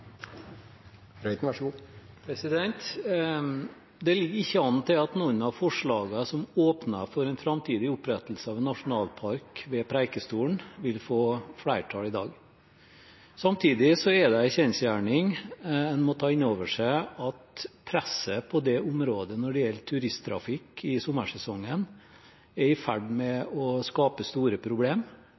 Det ligger ikke an til at noen av forslagene som åpner for en framtidig opprettelse av nasjonalpark ved Preikestolen, vil få flertall i dag. Samtidig er det en kjensgjerning en må ta inn over seg at presset på det området når det gjelder turisttrafikk i sommersesongen, er i ferd med å skape store